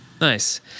Nice